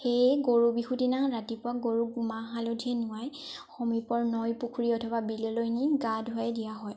সেয়ে গৰু বিহু দিনাখন ৰাতিপুৱা গৰুক মাহ হালধি নুৱাই সমীপৰ নৈ পুখুৰী অথবা বিললৈ নি গা ধোৱাই দিয়া হয়